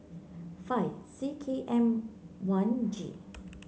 five C K M one G